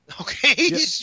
Okay